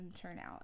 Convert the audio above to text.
turnout